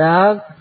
ગ્રાહક